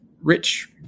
rich